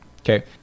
Okay